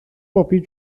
bobi